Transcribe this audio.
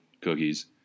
cookies